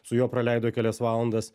su juo praleido kelias valandas